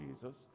Jesus